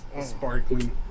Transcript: sparkling